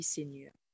Seigneur